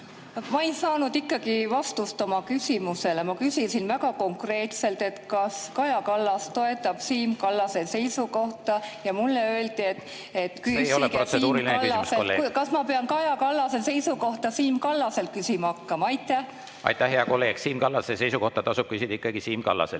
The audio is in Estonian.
Ma ei saanud ikkagi vastust oma küsimusele. Ma küsisin väga konkreetselt, kas Kaja Kallas toetab Siim Kallase seisukohta, ja mulle öeldi, et küsige Siim Kallaselt. See ei ole protseduuriline küsimus, kolleeg. Kas ma pean Kaja Kallase seisukohta Siim Kallaselt küsima hakkama? Kas ma pean Kaja Kallase seisukohta Siim Kallaselt